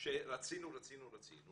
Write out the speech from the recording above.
שרצינו רצינו רצינו,